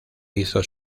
hizo